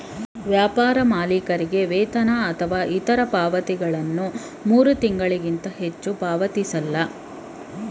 ವ್ಯಾಪಾರ ಮಾಲೀಕರಿಗೆ ವೇತನ ಅಥವಾ ಇತ್ರ ಪಾವತಿಗಳನ್ನ ಮೂರು ತಿಂಗಳಿಗಿಂತ ಹೆಚ್ಚು ಹೆಚ್ಚುಕಾಲ ಪಾವತಿಸಲ್ಲ